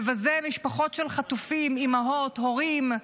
מבזה משפחות של חטופים, אימהות, הורים,